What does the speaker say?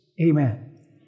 Amen